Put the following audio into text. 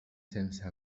sense